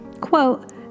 Quote